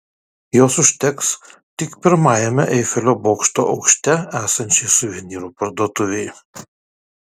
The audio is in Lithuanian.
jos užteks tik pirmajame eifelio bokšto aukšte esančiai suvenyrų parduotuvei